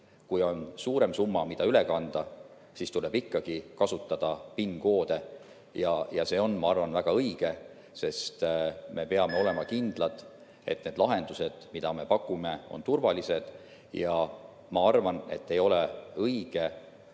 Kui on suurem summa, mida üle kanda, siis tuleb ikkagi kasutada PIN‑koode. See on, ma arvan, väga õige, sest me peame olema kindlad, et need lahendused, mida me pakume, on turvalised. Ma arvan, et ei ole õige